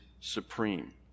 supreme